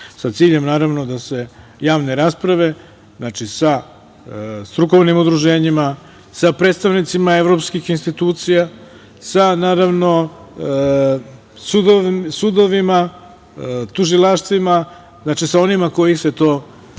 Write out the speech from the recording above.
sa ciljem da se javne rasprave sa strukovnim udruženjima, sa predstavnicima evropskih institucija, sa naravno, sudovima, tužilaštvima, znači, sa onima kojih se to tiče, kako